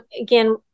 again